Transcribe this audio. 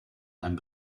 ein